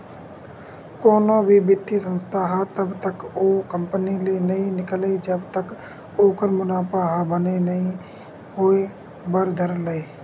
कोनो भी बित्तीय संस्था ह तब तक ओ कंपनी ले नइ निकलय जब तक ओखर मुनाफा ह बने नइ होय बर धर लय